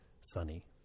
sunny